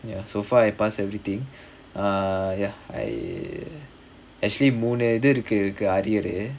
ya so far I pass everything err ya I actually மூணு இது இருக்கு:moonu ithu irukku arrear